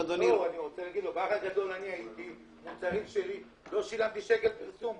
-- באח הגדול הייתי - לא שילמתי שקל פרסום.